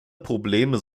probleme